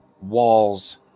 Wall's